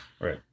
Right